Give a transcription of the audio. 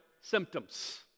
symptoms